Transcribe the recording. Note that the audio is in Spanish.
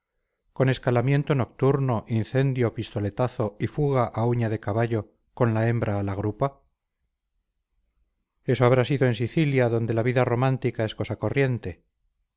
con escalamiento nocturno incendio pistoletazo y fuga a uña de caballo con la hembra a la grupa eso habrá sido en sicilia donde la vida romántica es cosa corriente